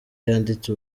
yanditse